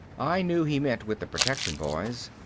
i knew he meant with the protection boys.